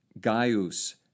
Gaius